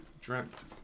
Dreamt